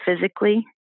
physically